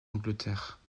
angleterre